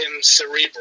cerebral